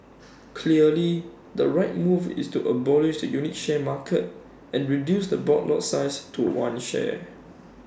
clearly the right move is to abolish the unit share market and reduce the board lot size to one share